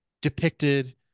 depicted